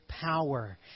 power